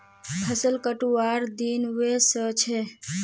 फसल कटवार दिन व स छ